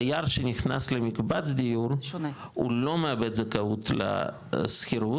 דייר שנכנס למקבץ דיור הוא לא מאבד זכאות לשכירות